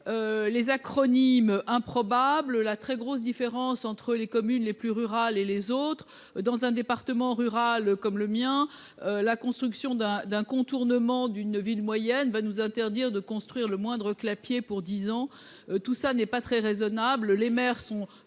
Les acronymes improbable la très grosse différence entre les communes les plus rurales et les autres dans un département rural comme le mien. La construction d'un d'un contournement d'une ville moyenne, va nous interdire de construire le moindre clapier pour 10 ans. Tout ça n'est pas très raisonnables.